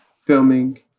filming